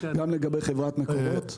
גם לגבי חברת מקורות.